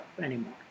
anymore